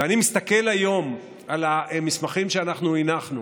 אני מסתכל היום על המסמכים שהנחנו,